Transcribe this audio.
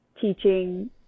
teaching